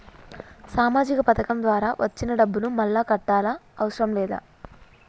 సామాజిక పథకం ద్వారా వచ్చిన డబ్బును మళ్ళా కట్టాలా అవసరం లేదా?